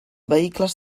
vehicles